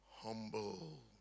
Humble